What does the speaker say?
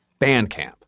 Bandcamp